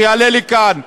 שיעלה לכאן ויגיד: